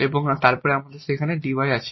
এবং আমাদের সেখানে dy আছে